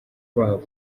babo